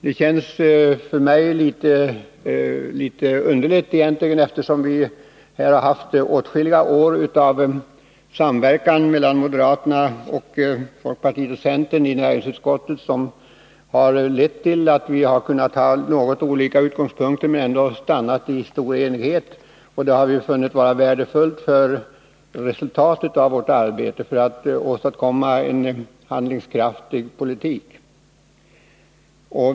Det känns för mig litet underligt, eftersom vi här haft åtskilliga år av samverkan mellan moderaterna, folkpartiet och centern i näringsutskottet, vilket har lett till att vi, även om vi haft olika utgångspunkter, ändå stannat i stor enighet. Det har vi funnit vara värdefullt för resultatet av vårt arbete att åstadkomma en handlingskraftig politik.